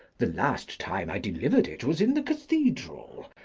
the last time i delivered it was in the cathedral,